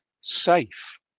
safe